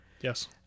Yes